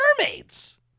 mermaids